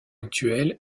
actuel